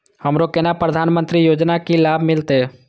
हमरो केना प्रधानमंत्री योजना की लाभ मिलते?